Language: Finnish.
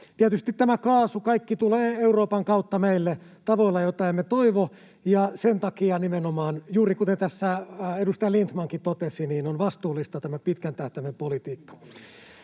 kaasu tulee Euroopan kautta meille tavoilla, joita emme toivo, ja sen takia nimenomaan, juuri kuten tässä edustaja Lindtmankin totesi, on vastuullista tämä pitkän tähtäimen politiikka.